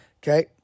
Okay